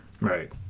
Right